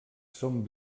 són